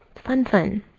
fun, fun.